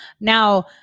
Now